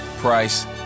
price